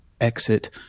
exit